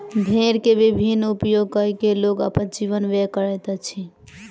भेड़ के विभिन्न उपयोग कय के लोग अपन जीवन व्यय करैत अछि